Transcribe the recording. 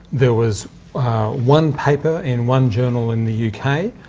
there was one paper in one journal in the uk.